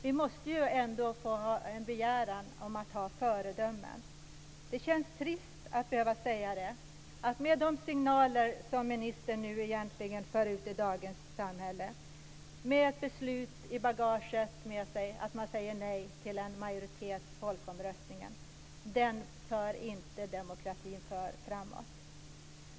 Vi måste ändå ha ett krav på att ha föredömen. Det känns trist att behöva säga det, men de signaler som ministern nu för ut i dagens samhälle, med ett beslut i bagaget om att man säger till en majoritet i folkomröstning, för inte demokratin framåt.